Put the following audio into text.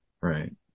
Right